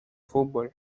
fútbol